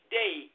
day